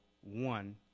one